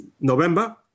November